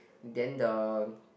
then the